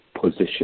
position